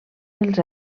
els